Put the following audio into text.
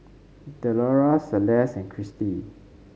Delora Celeste and Cristi